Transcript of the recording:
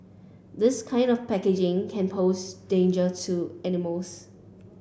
this kind of packaging can pose danger to animals